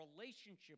relationship